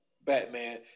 Batman